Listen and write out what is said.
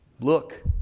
Look